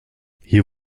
hier